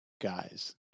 guys